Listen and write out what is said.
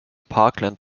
parkland